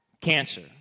cancer